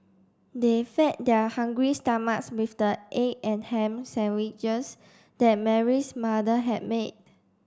they fed their hungry stomachs with the egg and ham sandwiches that Mary's mother had made